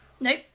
Nope